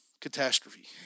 catastrophe